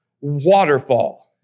waterfall